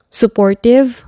supportive